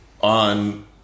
on